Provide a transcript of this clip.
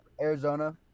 Arizona